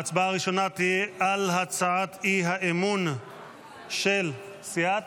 ההצבעה הראשונה תהיה על הצעת האי-אמון של סיעת